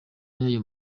y’ayo